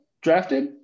drafted